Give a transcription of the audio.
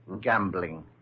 gambling